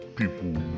people